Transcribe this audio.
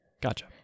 Gotcha